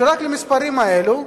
שרק למספרים האלו,